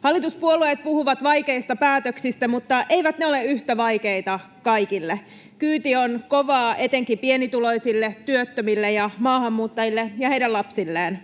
Hallituspuolueet puhuvat vaikeista päätöksistä, mutta eivät ne ole yhtä vaikeita kaikille. Kyyti on kovaa etenkin pienituloisille, työttömille ja maahanmuuttajille ja heidän lapsilleen.